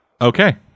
Okay